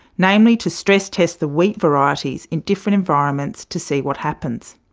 namely to stress test the wheat varieties in different environments to see what happens.